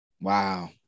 Wow